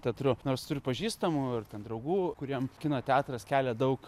teatru nors turiu pažįstamų ir ten draugų kuriem kino teatras kelia daug